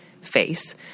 face